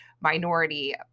minority